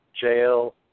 jail